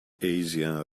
asian